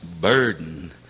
burden